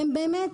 והם באמת,